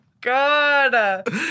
God